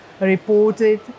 reported